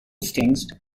stings